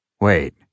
Wait